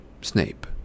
Snape